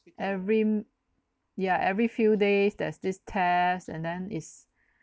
every yeah every few days there's this test and then its